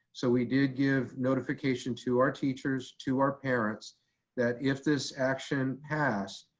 so we did give notification to our teachers, to our parents that if this action passed,